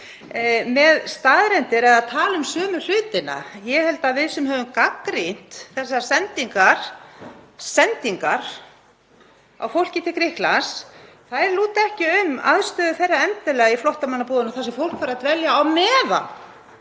með staðreyndir eða að tala um sömu hlutina. Ég held að við sem höfum gagnrýnt þessar sendingar á fólki til Grikklands — þær snúast ekki um aðstöðu þeirra endilega í flóttamannabúðum þar sem fólk fær að dvelja á meðan